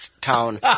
town